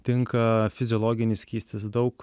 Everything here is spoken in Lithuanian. tinka fiziologinis skystis daug